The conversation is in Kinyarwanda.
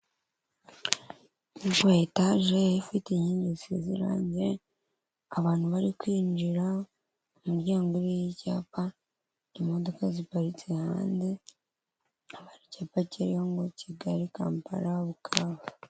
Inzu ya etaje ifite inkingi zisize irangi, abantu bari kwinjira mu muryango uriho icyapa, imodoka ziparitse hanze, hakaba hari icyapa kiriho ngo'' kigali, kambara, bukavu''